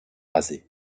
rasé